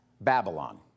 Babylon